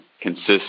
consists